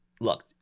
look